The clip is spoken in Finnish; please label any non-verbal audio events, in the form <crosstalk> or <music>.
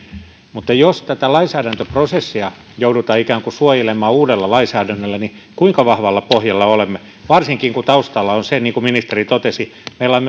mutta jos tätä lainsäädäntöprosessia joudutaan ikään kuin suojelemaan uudella lainsäädännöllä niin kuinka vahvalla pohjalla olemme varsinkin kun taustalla on se niin kuin ministeri totesi että meillä on <unintelligible>